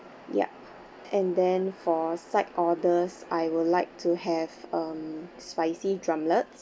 ya and then for side orders I would like to have um spicy drumlets